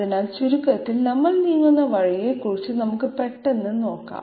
അതിനാൽ ചുരുക്കത്തിൽ നമ്മൾ നീങ്ങുന്ന വഴിയെക്കുറിച്ച് നമുക്ക് പെട്ടെന്ന് നോക്കാം